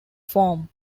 form